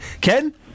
Ken